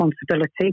responsibility